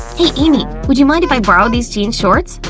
hey, amy? would you mind if i borrowed these jean shorts?